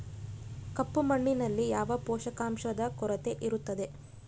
ಕೆಂಪು ಮಣ್ಣಿನಲ್ಲಿ ಯಾವ ಪೋಷಕಾಂಶದ ಕೊರತೆ ಇರುತ್ತದೆ?